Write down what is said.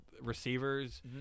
receivers